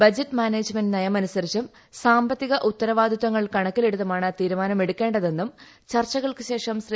budget management നയമനുസ രിച്ചും സാമ്പത്തിക ഉത്തരവാദിത്തങ്ങൾ കണക്കിലെടുത്തുമാണ് തീരുമാനമെടുക്കേണ്ടതെന്നും ചർച്ചകൾക്കു ശേഷം ശ്രീ